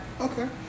okay